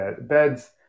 beds